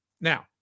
Now